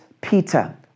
Peter